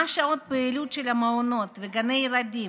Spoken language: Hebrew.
מה שעות הפעילות של המעונות וגני הילדים?